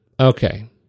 Okay